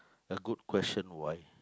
a good question why